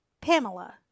Pamela